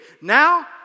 Now